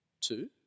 two